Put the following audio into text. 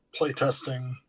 playtesting